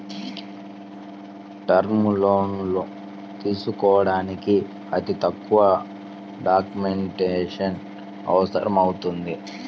term లోన్లు తీసుకోడానికి అతి తక్కువ డాక్యుమెంటేషన్ అవసరమవుతుంది